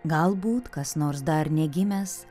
galbūt kas nors dar negimęs